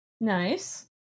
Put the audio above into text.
Nice